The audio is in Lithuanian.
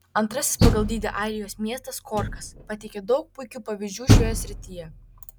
antrasis pagal dydį airijos miestas korkas pateikia daug puikių pavyzdžių šioje srityje